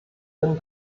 bin